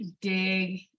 dig